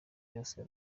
yose